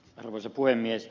arvoisa puhemies